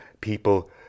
people